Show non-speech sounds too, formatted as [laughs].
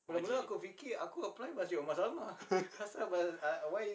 [laughs]